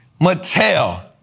Mattel